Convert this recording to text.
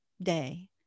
day